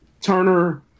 Turner